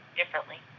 differently